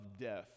death